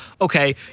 okay